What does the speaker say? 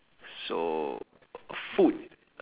so food